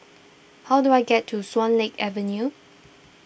how do I get to Swan Lake Avenue